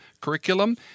curriculum